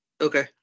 Okay